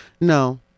No